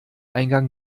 eingang